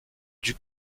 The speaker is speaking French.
duc